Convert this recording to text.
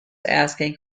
asking